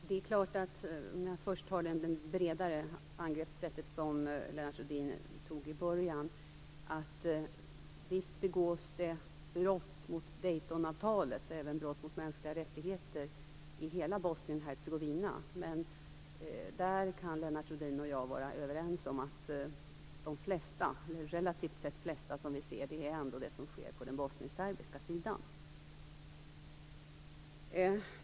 Herr talman! Låt mig först ta det breda angreppsätt Lennart Rohdin hade i början. Visst begås det brott mot Daytonavtalet och även brott mot mänskliga rättigheter i hela Bosnien-Hercegovina. Men Lennart Rohdin och jag kan vara överens om att de flesta sker på den bosnienserbiska sidan.